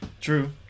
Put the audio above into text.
True